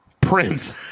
Prince